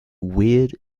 weird